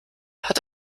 hat